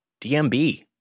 DMB